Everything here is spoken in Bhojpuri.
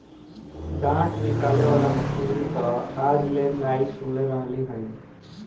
डाँठ निकाले वाला मशीन तअ आज ले नाइ सुनले रहलि हई